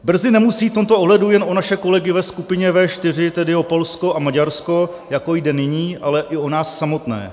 Brzy nemusí jít v tomto ohledu jen o naše kolegy ve skupině V4, tedy o Polsko a Maďarsko, jako jde nyní, ale i o nás samotné.